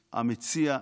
המציע,